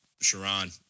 sharon